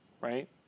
right